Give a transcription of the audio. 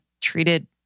treated